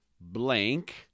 blank